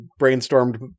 brainstormed